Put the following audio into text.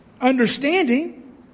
understanding